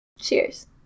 Cheers